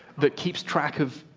that keeps track of